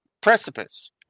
precipice